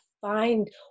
find